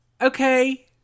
okay